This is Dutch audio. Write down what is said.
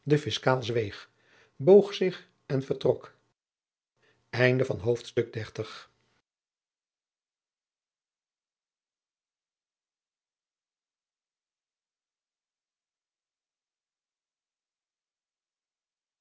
fiscaal zweeg boog zich en vertrok